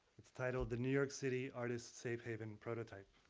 it's titled the new york city artists safe haven prototype.